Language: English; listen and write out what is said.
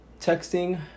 texting